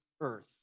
earth